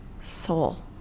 soul